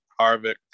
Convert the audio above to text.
Harvick